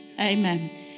Amen